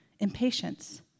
Impatience